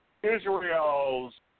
Israel's